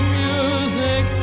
music